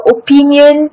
opinion